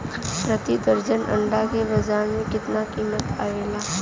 प्रति दर्जन अंडा के बाजार मे कितना कीमत आवेला?